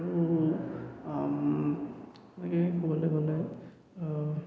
আৰু এনেকে ক'বলে